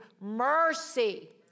mercy